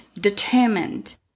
determined